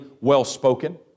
well-spoken